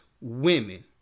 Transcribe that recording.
women